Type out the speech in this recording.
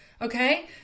okay